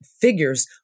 figures